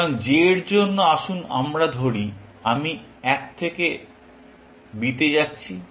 সুতরাং j এর জন্য আসুন ধরি আমি এক থেকে b তে যাচ্ছি